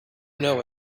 know